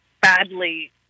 badly